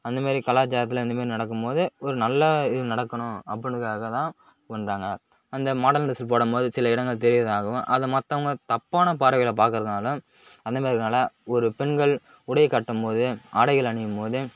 அந்த மாரி கலாச்சாரத்தில் அந்த மாரி நடக்கும் போது ஒரு நல்ல இது நடக்கணும் அப்புடின்றத்துக்காக தான் பண்ணுறாங்க அந்த மாடல் டிரெஸ்ஸு போடும் போது சில இடங்கள் தெரிய தான் ஆகும் அத மற்றவுங்க தப்பான பார்வையில் பார்க்கறதுனால அந்த மாரி இருக்கறதுனால ஒரு பெண்கள் உடைய கட்டும் மோது ஆடைகள் அணியும் போது